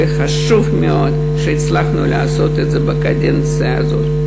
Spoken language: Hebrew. וחשוב מאוד שהצלחנו לעשות את זה בקדנציה הזאת.